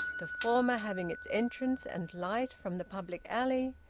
the former having its entrance and light from the public alley,